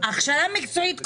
הכשרה מקצועית.